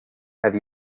have